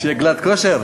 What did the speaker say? שיהיה גלאט כשר?